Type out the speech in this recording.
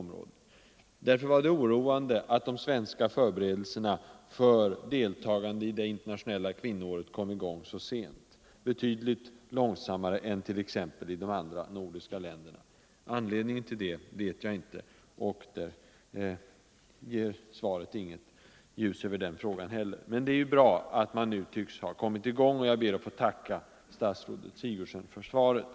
Därför var det 31'oktober 1974 oroande att de svenska förberedelserna för deltagande i det internationella = kvinnoåret kom i gång så sent — betydligt långsammare t.ex. än i de andra — Ang. förberedelsernordiska länderna. Anledningen till det känner jag inte till, och över den — na för FN:s frågan kastar svaret inget ljus heller. Men det är bra att man nu tycks internationella ha kommit i gång, och jag ber att få tacka statsrådet Sigurdsen för svaret.